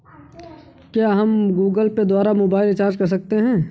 क्या हम Google Pay द्वारा मोबाइल रिचार्ज कर सकते हैं?